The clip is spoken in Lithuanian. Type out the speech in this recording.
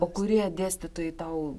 o kurie dėstytojai tau